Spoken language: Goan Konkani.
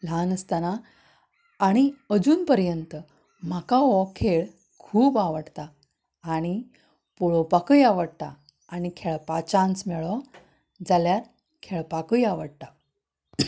ल्हान आसतना आनी अजून पर्यंत म्हाका हो खेळ खूब आवडटा आनी पळोवपाकूय आवडटा आनी खेळपा चान्स मेळ्ळो जाल्यार खेळपाकूय आवडटा